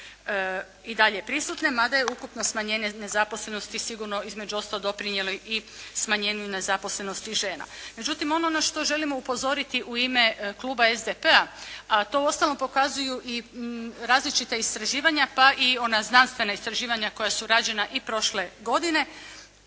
i dalje prisutne, ma da je ukupno smanjenje nezaposlenosti sigurno, između ostalog doprinijeli i smanjenju i nezaposlenosti žena. Međutim, ono na što želimo upozoriti u ime Kluba SDP-a, a to u ostalom pokazuju i različita istraživanja, pa i ona znanstvena istraživanja koja su rađena i prošle godine,